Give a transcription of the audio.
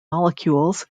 molecules